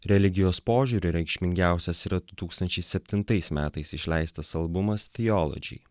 religijos požiūriu reikšmingiausias yra du tūkstančiai septintais metais išleistas albumas theology